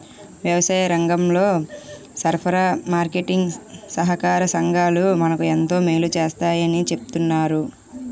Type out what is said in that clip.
వ్యవసాయరంగంలో సరఫరా, మార్కెటీంగ్ సహాకార సంఘాలు మనకు ఎంతో మేలు సేస్తాయని చెప్తన్నారు